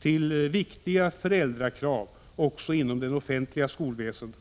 till viktiga föräldrakrav också inom det offentliga skolväsendet.